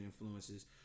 influences